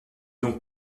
donc